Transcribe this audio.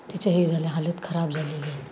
तिचं हे झालं आहे हालत खराब झालेली आहे